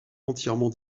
entièrement